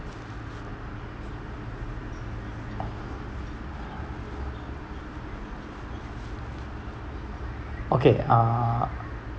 okay uh